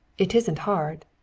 it isn't hard.